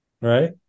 right